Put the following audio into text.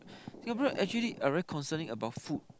Singaporeans actually are very concerning about food